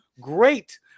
great